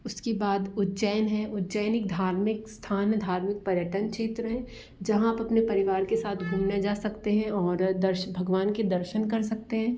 उसके बाद उज्जैन है उज्जैन एक धार्मिक स्थान है धार्मिक पर्यटन क्षेत्र है जहाँ आप अपने परिवार के साथ घूमने जा सकते हैं और दर्श भगवान के दर्शन कर सकते हैं